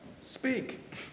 Speak